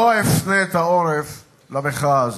לא אפנה את העורף למחאה הזאת.